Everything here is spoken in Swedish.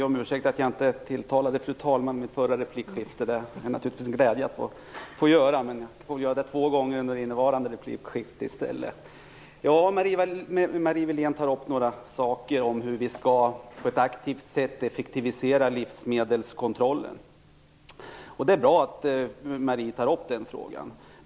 Fru talman! Marie Wilén tog upp hur vi på ett aktivt sätt skall kunna effektivisera livsmedelskontrollen. Det var bra att Marie tog upp den frågan.